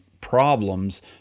problems